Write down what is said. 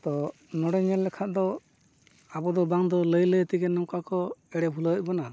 ᱛᱚ ᱱᱚᱸᱰᱮ ᱧᱮᱞ ᱞᱮᱠᱷᱟᱡ ᱫᱚ ᱟᱵᱚᱫᱚ ᱵᱟᱝ ᱫᱚ ᱞᱟᱹᱭ ᱞᱟᱹᱭ ᱛᱮᱜᱮ ᱱᱚᱝᱠᱟ ᱠᱚ ᱮᱲᱮ ᱵᱷᱩᱞᱟᱹᱣᱮᱫ ᱵᱚᱱᱟ